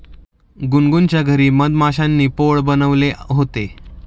गुनगुनच्या घरी मधमाश्यांनी पोळं बनवले होते